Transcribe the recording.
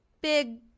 Big